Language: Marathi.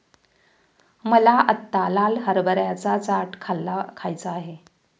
मला आत्ता लाल हरभऱ्याचा चाट खायचा आहे